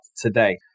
today